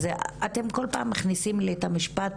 אתם כל פעם מכניסים לי את המשפט,